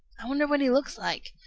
i wonder what he looks like.